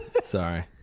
sorry